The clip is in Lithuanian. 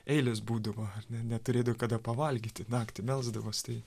eilės būdavo ar ne neturėdavo kada pavalgyti naktį melsdavos tai